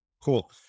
cool